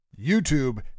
YouTube